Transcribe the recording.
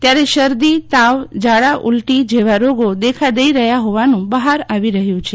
ત્યારે શરદી તાવ ઝાડા ઉલ્ટી જેવા રોગો દેખા જઈ રહ્યા હોવાનું બહાર આવી રહ્યું છે